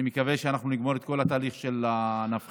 אני מקווה שאנחנו נגמור את כל התהליך של הנבחרת.